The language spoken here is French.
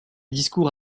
discours